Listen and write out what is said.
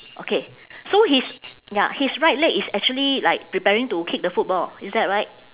okay so his ya his right leg is actually like preparing to kick the football is that right